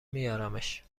میارمش